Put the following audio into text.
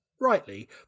rightly